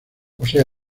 posee